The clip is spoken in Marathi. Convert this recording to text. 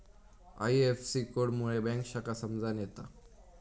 आई.एफ.एस.सी कोड मुळे बँक शाखा समजान येता